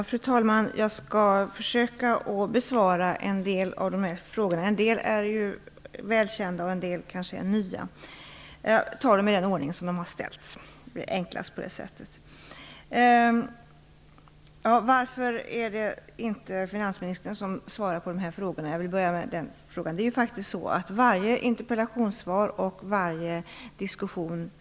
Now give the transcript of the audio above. Fru talman! Jag skall försöka att besvara en del av frågorna; en del är välkända och en del är nya. Jag tar dem i den ordning som de har ställts - det är enklast på det sättet. Jag börjar med frågan varför det inte är finansministern som svarar på frågorna. Det är så att vi som regeringsföreträdare ansvarar kollektivt i regeringens namn för varje interpellationssvar och varje diskussion.